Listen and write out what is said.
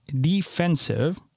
defensive